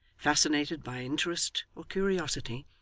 fascinated by interest or curiosity,